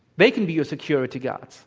they can be your security guards.